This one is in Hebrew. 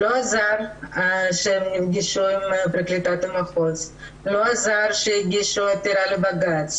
אני רוצה לפנות מכאן לנציגות הפרקליטות כי זו לא הפנייה הראשונה,